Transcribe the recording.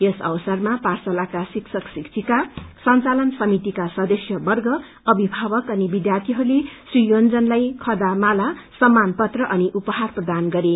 यस अवसरमा पाठशालाका शिक्षक शिक्षिका संचालन समितिका सदस्यवर्ग अभिभावक अनि विद्यार्थीहरूले श्री योन्जनलाई खदा माला सम्मान पत्र अनि उपहार प्रदान गरे